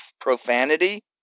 profanity